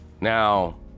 Now